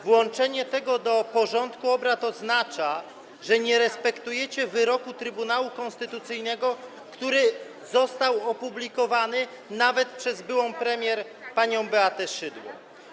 Włączenie tego do porządku obrad oznacza, że nie respektujecie wyroku Trybunału Konstytucyjnego, który został opublikowany nawet przez byłą premier panią Beatę Szydło.